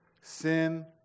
Sin